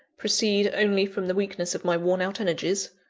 proceed only from the weakness of my worn-out energies?